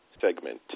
segment